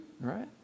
right